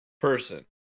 person